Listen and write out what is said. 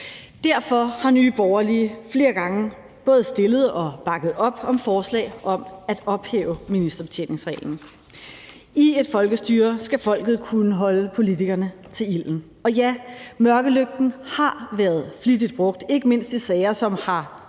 Derfor har Nye Borgerlige flere gange både fremsat og bakket op om forslag om at ophæve ministerbetjeningsreglen. I et folkestyre skal folket kunne holde politikerne til ilden. Og ja, mørkelygten har været flittigt brugt, ikke mindst i sager, som har